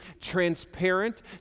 transparent